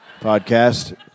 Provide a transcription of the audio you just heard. podcast